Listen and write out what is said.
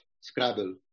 Scrabble